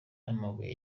n’amabuye